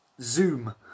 zoom